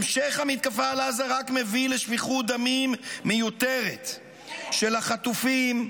המשך המתקפה על עזה רק מביא לשפיכות דמים מיותרת של החטופים,